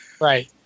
Right